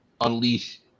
unleash